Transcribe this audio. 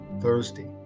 Thursday